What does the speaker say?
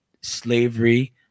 slavery